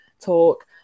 talk